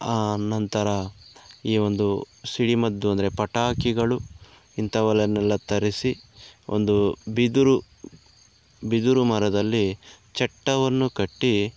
ಆ ನಂತರ ಈ ಒಂದು ಸಿಡಿಮದ್ದು ಅಂದರೆ ಪಟಾಕಿಗಳು ಇಂಥವೆಲ್ಲವನ್ನೆಲ್ಲ ತರಿಸಿ ಒಂದು ಬಿದುರು ಬಿದುರು ಮರದಲ್ಲಿ ಚಟ್ಟವನ್ನು ಕಟ್ಟಿ